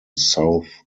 south